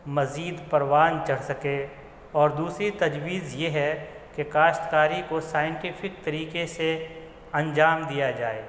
مزید پروان چڑھ سکے اور دوسری تجویز یہ ہے کہ کاشتکاری کو سائنٹیفک طریقے سے انجام دیا جائے